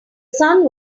sun